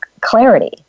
clarity